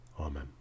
Amen